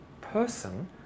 person